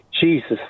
Jesus